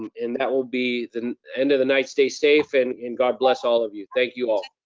and and that will be the end of the night. stay safe and and god bless all of you. thank you all.